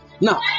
Now